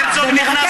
הרצוג נכנס ללחץ.